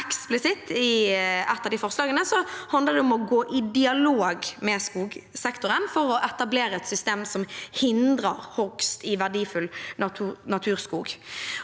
eksplisitt i et av forslagene handler det om å gå i dialog med skogsektoren for å etablere et system som hindrer hogst i verdifull naturskog.